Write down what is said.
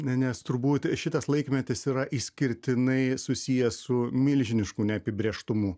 nes turbūt šitas laikmetis yra išskirtinai susijęs su milžinišku neapibrėžtumu